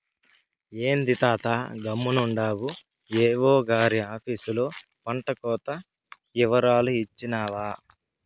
ఏంది తాతా గమ్మునుండావు ఏవో గారి ఆపీసులో పంటకోత ఇవరాలు ఇచ్చినావా